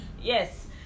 Yes